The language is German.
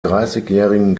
dreißigjährigen